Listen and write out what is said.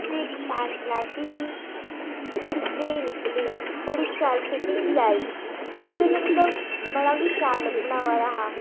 तुसें इक पैन्ट लैती ही ओह् बड़ी स्हेई निकली बड़ी शैल फिटिंग दी आई ओह्दे कन्नै मतलब बड़ा गै शैल लब्भन हा